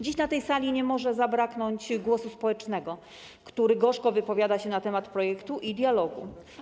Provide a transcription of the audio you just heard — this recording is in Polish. Dziś na tej sali nie może zabraknąć głosu społecznego, który gorzko wypowiada się na temat projektu i dialogu.